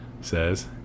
says